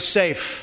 safe